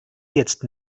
jetzt